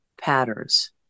patterns